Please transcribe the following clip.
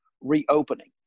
reopening